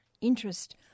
interest